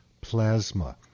plasma